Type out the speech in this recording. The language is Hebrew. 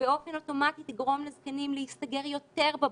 שבאופן אוטומטי תגרום לזקנים להסתגר יותר בבתים,